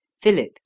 Philip